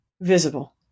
visible